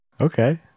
okay